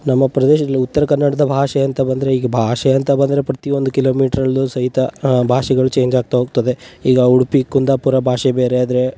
ನಮ್ಮ ಪ್ರದೇಶದಲ್ಲಿ ಉತ್ತರ ಕನ್ನಡದ ಭಾಷೆ ಅಂತ ಬಂದರೆ ಈಗ ಭಾಷೆ ಅಂತ ಬಂದರೆ ಪ್ರತಿಯೊಂದು ಕಿಲೋಮೀಟ್ರಲ್ಲೂ ಸಹಿತ ಭಾಷೆಗಳು ಚೇಂಜ್ ಆಗ್ತಾ ಹೋಗ್ತದೆ ಈಗ ಉಡುಪಿ ಕುಂದಾಪುರ ಭಾಷೆ ಬೇರೆ ಆದರೆ